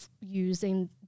using